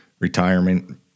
Retirement